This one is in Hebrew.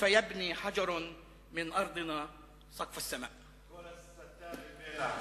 כיצד בונה אבן מאדמתנו את גג השמים.) הכול הסתה ובלע.